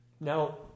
Now